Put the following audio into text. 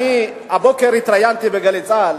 הבוקר אני התראיינתי ב"גלי צה"ל"